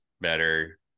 better